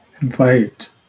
invite